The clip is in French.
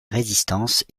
résistance